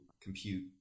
compute